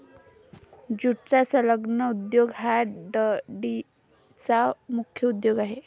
ज्यूटचा संलग्न उद्योग हा डंडीचा मुख्य उद्योग आहे